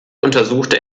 untersuchte